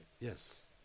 Yes